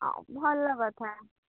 ଆଉ ଭଲ କଥା